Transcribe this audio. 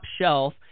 shelf